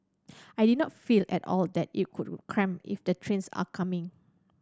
I did not feel at all that it could cramped if the trains are coming